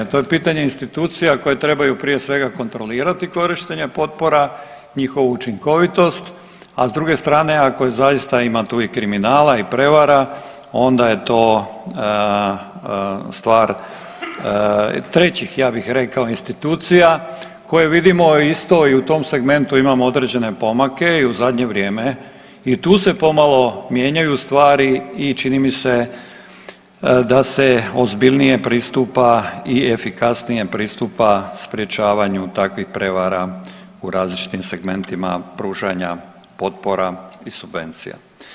To je pitanje institucija koje trebaju prije svega trebaju kontrolirati korištenje potpora, njihovu učinkovitost, a s druge stane ako zaista ima tu i kriminala i prevara onda je to stvar trećih ja bih rekao institucija koje vidimo isto i u tom segmentu imamo određene pomake i u zadnje vrijeme i tu se pomalo mijenjaju stvari i čini mi se da se ozbiljnije pristupa i efikasnije pristupa sprječavanju takvih prijevara u različitim segmentima pružanja potpora i subvencija.